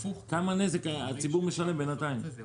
בינתיים הציבור משלם.